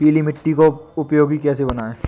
पीली मिट्टी को उपयोगी कैसे बनाएँ?